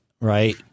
right